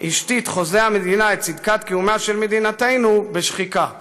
השתית חוזה המדינה את צדקת קיומה של מדינתנו בשחיקה.